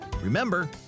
Remember